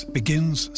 begins